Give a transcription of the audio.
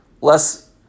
less